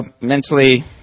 mentally